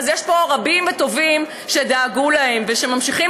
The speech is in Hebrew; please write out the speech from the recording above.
יש פה רבים וטובים שדאגו להם ושממשיכים